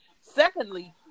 Secondly